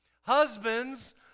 Husbands